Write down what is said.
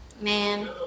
Man